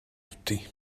douter